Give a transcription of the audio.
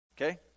Okay